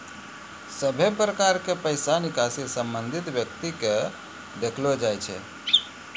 सभे प्रकार के पैसा निकासी संबंधित व्यक्ति के देखैलो जाय छै